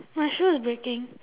my shoe is breaking